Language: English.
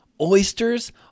oysters